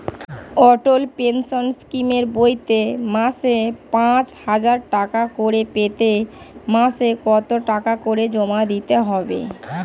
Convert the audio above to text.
অটল pension স্কিমের বইতে মাসে পাঁচ হাজার টাকা করে পেতে মাসে কত টাকা করে জমা দিতে হবে?